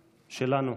שלנו.